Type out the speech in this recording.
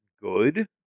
good